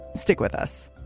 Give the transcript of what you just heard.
stick with us